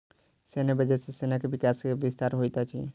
सैन्य बजट सॅ सेना के विकास आ विस्तार होइत अछि